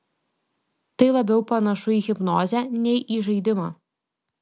tai labiau panašu į hipnozę nei į žaidimą